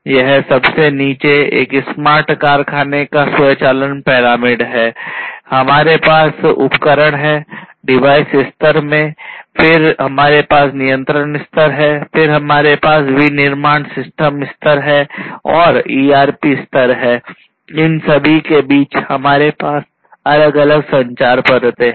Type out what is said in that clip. यह सबसे नीचे एक स्मार्ट कारखाने का स्वचालन पिरामिड स्तर इन सभी के बीच हमारे पास अलग अलग संचार परतें है